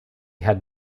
had